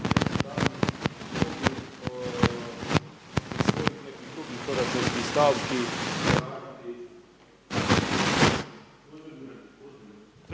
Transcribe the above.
Hvala vam